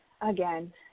again